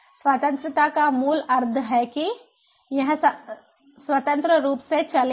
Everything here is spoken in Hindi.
स्वतंत्रता का मूल अर्थ है कि यह स्वतंत्र रूप से चलती है